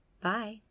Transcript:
Bye